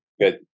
Good